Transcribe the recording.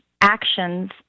actions